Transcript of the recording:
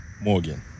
Morgan